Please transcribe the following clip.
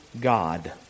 God